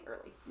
early